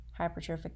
hypertrophic